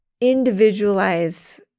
individualize